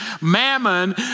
mammon